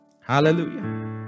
hallelujah